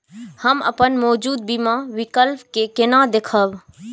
हम अपन मौजूद बीमा विकल्प के केना देखब?